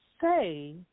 say